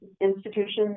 institutions